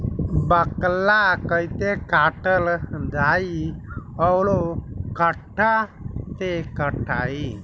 बाकला कईसे काटल जाई औरो कट्ठा से कटाई?